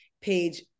page